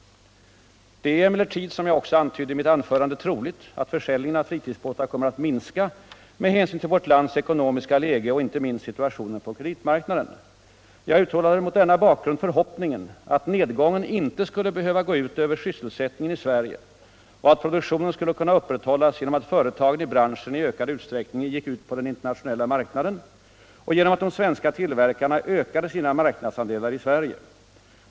Det är emellertid, som jag också antydde i mitt anförande. troligt att försäljningen av fritidsbåtar kommer att minska med hänsyn till vårt lands ekonomiska läge och inte minst situationen på kreditmarknaden. Jag uttalade mot denna bakgrund förhoppningen att nedgången inte skulle behöva gå ut över sysselsättningen i Sverige och att produktionen skulle kunna uppritthållas genom att företagen i branschen i ökad utsträckning gick ut på den desäkra investeringsobjekt internationella.marknaden och genom att de svenska tillverkarna ökade sina marknadsandelar i Sverige.